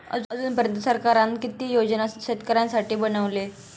अजून पर्यंत सरकारान किती योजना शेतकऱ्यांसाठी बनवले?